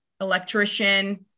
electrician